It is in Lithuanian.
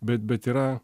bet bet yra